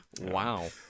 Wow